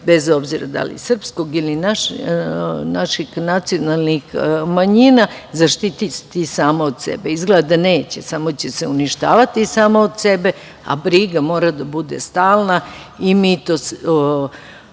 bez obzira da li srpskog, ili naših nacionalnih manjina, zaštiti samo od sebe. Izgleda da neće, samo će se uništavati samo od sebe, a briga mora da bude stalna i mi to